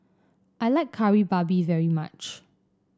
I like Kari Babi very much